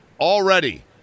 Already